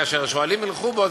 כאשר "שועלים הִלכו בו",